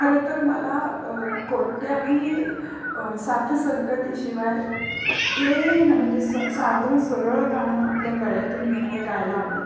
खरं तर मला कोणत्याही साथसंगतीशिवाय प्लेन म्हणजे स साधं सरळ गाणं आपल्या गळ्यातून येणारं गायला आवडतं